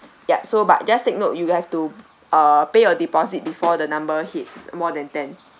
yup so but just take note you guys have to uh pay a deposit before the number hits more than ten